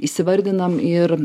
įsivardinam ir